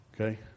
Okay